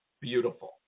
beautiful